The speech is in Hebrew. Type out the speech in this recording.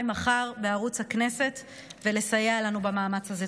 מחר בערוץ הכנסת ולסייע לנו במאמץ הזה.